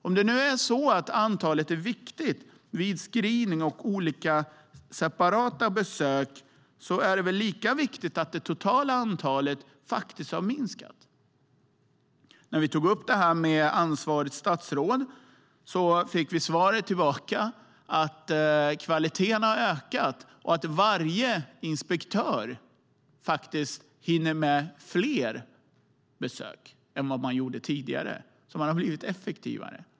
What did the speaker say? Om det nu är så att antalet är viktigt vid screening och olika separata besök är det väl lika viktigt att det totala antalet har minskat. När vi tog upp det här med ansvarigt statsråd fick vi svaret att kvaliteten har ökat och att varje inspektör hinner med fler besök än man gjorde tidigare, att man har blivit effektivare.